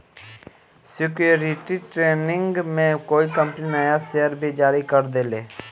security training में कोई company नया शेयर भी जारी कर देले